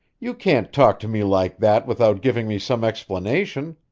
you can't talk to me like that without giving me some explanation!